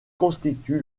constitue